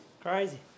Crazy